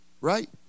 right